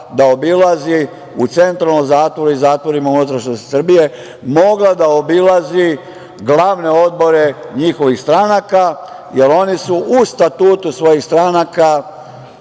da obilazi u Centralnom zatvoru i zatvorima u unutrašnjosti Srbije glavne odbore njihovih stranaka jer oni su u statutu svojih stranaka